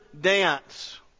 dance